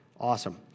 Awesome